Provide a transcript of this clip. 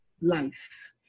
Life